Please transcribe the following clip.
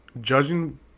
judging